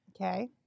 Okay